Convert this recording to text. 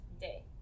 day